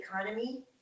economy